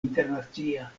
internacia